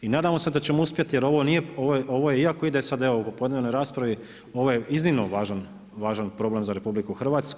I nadamo se da ćemo uspjeti jer ovo nije, ovo iako ide sada evo u popodnevnoj raspravi, ovo je iznimno važan problem za RH.